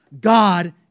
God